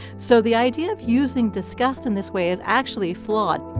so the idea of using disgust in this way is actually flawed